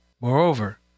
Moreover